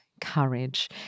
courage